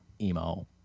emo